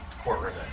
courtroom